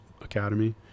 academy